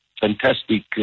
fantastic